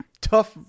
tough